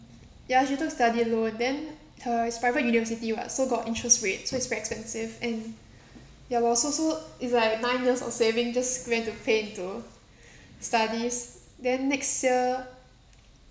ya she took study loan then her is private university [what] so got interest rate so it's very expensive and ya lor so so it's like nine years of saving just going to pay into studies then next year